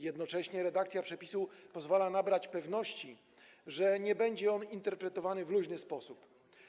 Jednocześnie redakcja przepisu pozwala nabrać pewności, że nie będzie on interpretowany w luźny sposób.